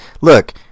Look